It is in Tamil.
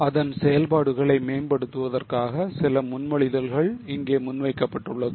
அதன் செயல்பாடுகளை மேம்படுத்துவதற்காக சில முன்மொழிதல்கள் இங்கே முன்வைக்கப்பட்டுள்ளது